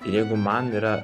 jeigu man yra